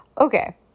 Okay